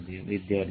ವಿದ್ಯಾರ್ಥಿ4